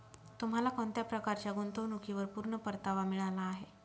तुम्हाला कोणत्या प्रकारच्या गुंतवणुकीवर पूर्ण परतावा मिळाला आहे